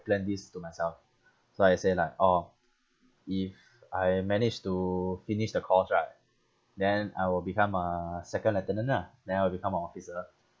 plan this to myself so I say like orh if I managed to finish the course right then I will become a second lieutenant ah then I'll become a officer